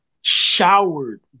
showered